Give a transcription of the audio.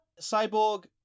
Cyborg